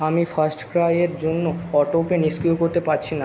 আমি ফাস্টক্রাইয়ের জন্য অটোপে নিষ্ক্রিয় করতে পারছি না